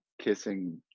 kissing